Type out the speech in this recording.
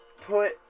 put